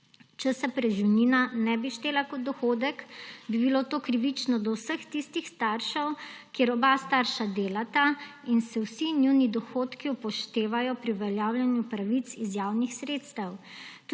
Če se preživnina ne bi štela kot dohodek bi bilo to krivično do vseh tistih staršev, kjer oba starša delata in se vsi njuni dohodki upoštevajo pri uveljavljanju pravic iz javnih sredstev.